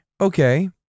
Okay